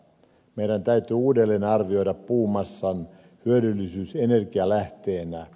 meidän täytyy uudelleen arvioida puumassan hyödyllisyys energialähteenä